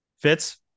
Fitz